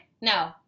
No